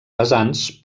pesants